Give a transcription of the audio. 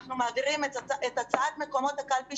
זה רק דיון מקדמי,